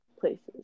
places